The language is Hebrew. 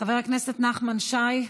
חבר הכנסת נחמן שי,